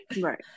right